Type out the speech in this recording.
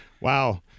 Wow